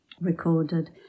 recorded